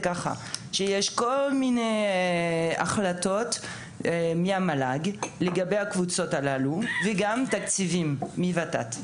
כל מיני החלטות של המל"ג לגבי הקבוצות האמורות וגם תקציבים מות"ת.